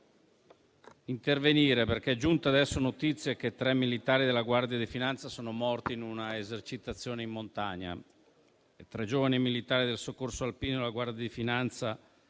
intervenire perché è giunta adesso notizia che tre militari della Guardia di finanza sono morti in una esercitazione in montagna. Tre giovani militari del Soccorso alpino della Guardia di finanza